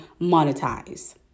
monetize